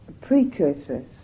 precursors